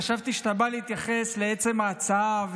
חשבתי שאתה בא להתייחס לעצם ההצעה,